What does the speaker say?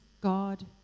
God